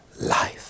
life